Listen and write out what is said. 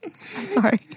Sorry